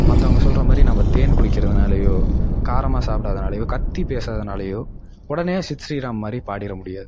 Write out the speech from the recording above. மற்றவங்க சொல்லுற மாதிரி நம்ப தேன் குடிக்கிறதினாலையோ காரமா சாப்பிடாதனாலையோ கத்தி பேசறதனாலையோ உடனே சித் ஸ்ரீராம் மாதிரி பாடிட முடியாது